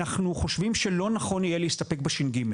אנחנו חושבים שלא נכון יהיה להסתפק בש"ג.